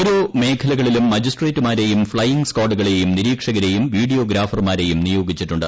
ഓരോ മേഖലകളിലും മജിസ്ട്രേട്ട്മാരെയും ഫ്ളെയിം സ്കാഡുകളെയും നിരീക്ഷകരെയും വീഡിയോഗ്രാഫർമാരെയും നിയോഗിച്ചിട്ടുണ്ട്